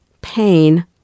pain